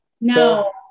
No